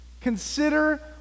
consider